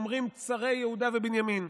אומרים צרי יהודה ובנימין.